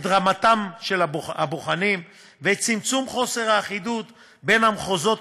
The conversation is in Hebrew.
את רמתם של הבוחנים ואת צמצום חוסר האחידות בין המחוזות,